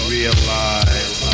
Realize